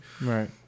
Right